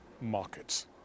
markets